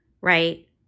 right